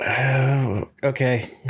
Okay